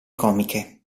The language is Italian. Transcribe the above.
comiche